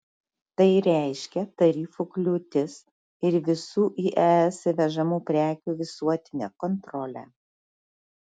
tai reiškia tarifų kliūtis ir visų į es įvežamų prekių visuotinę kontrolę